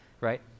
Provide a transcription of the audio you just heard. right